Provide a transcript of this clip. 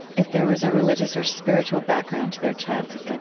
if there was a religious or spiritual background to their childhood, like